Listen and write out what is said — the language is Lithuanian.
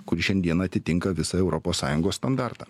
kuri šiandieną atitinka visą europos sąjungos standartą